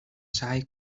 سعی